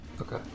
Okay